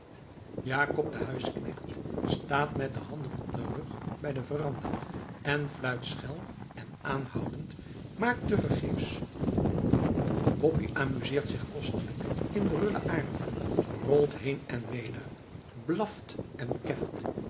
jacob de huisknecht staat met de handen op den rug bij de veranda en fluit schel en aanhoudend maar tevergeefs boppie amuseert zich kostelijk in de rulle aarde rolt heen en weder blaft en keft